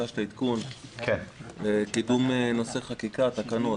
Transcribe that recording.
על קידום חקיקה בתקנות.